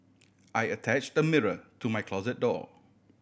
I attached a mirror to my closet door